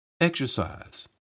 exercise